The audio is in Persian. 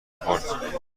خورد